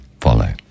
follow